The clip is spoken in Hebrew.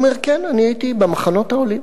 הוא אומר: כן, אני הייתי ב"מחנות העולים".